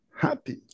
happy